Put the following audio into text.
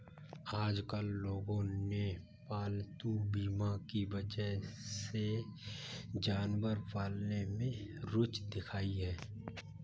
आजकल लोगों ने पालतू बीमा की वजह से जानवर पालने में रूचि दिखाई है